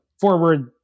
forward